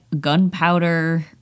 Gunpowder